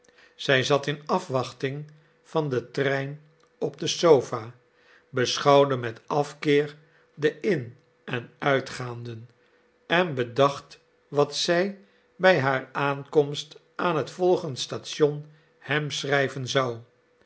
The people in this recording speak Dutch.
zij zat in afwachting van den trein op de sofa beschouwde met afkeer de in en uitgaanden en bedacht wat zij bij haar aankomst aan het volgend station hem schrijven zou